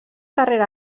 carrera